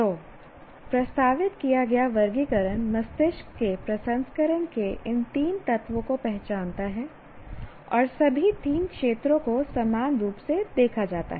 तो प्रस्तावित किया गया वर्गीकरण मस्तिष्क के प्रसंस्करण के इन तीन तत्वों को पहचानता है और सभी तीन क्षेत्रों को समान रूप से देखा जाता है